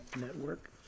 network